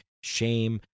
shame